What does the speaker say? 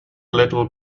little